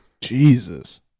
Jesus